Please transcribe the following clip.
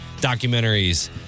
Documentaries